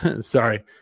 Sorry